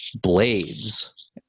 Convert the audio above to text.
blades